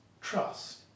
trust